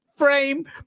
frame